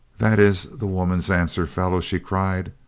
that is the woman's answer, fellow! she cried.